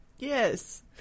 yes